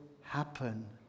happen